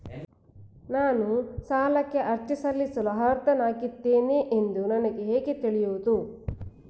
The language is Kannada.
ನಾನು ಸಾಲಕ್ಕೆ ಅರ್ಜಿ ಸಲ್ಲಿಸಲು ಅರ್ಹನಾಗಿದ್ದೇನೆ ಎಂದು ನನಗೆ ಹೇಗೆ ತಿಳಿಯುವುದು?